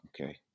Okay